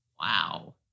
Wow